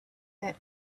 that